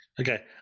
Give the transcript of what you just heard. Okay